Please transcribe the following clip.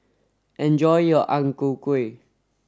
enjoy your Ang Ku Kueh